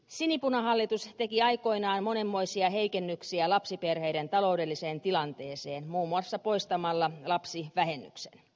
sinipunahallitus teki aikoinaan monenmoisia heikennyksiä lapsiperheiden taloudelliseen tilanteeseen muun muassa poistamalla lapsivähennyksen